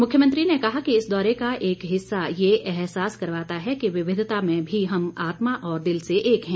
मुख्यमंत्री ने कहा कि इस दौरे का एक हिस्सा ये एहसास करवाता है कि विविधता में भी हम आत्मा और दिल से एक हैं